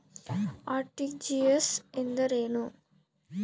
RTGS ಎಂದರೇನು?